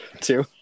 two